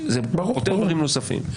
זה פותר דברים נוספים,